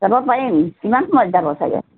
যাব পাৰিম কিমান সময়ত যাব চাগৈ